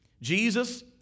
Jesus